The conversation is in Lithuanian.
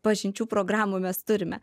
pažinčių programų mes turime